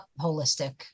holistic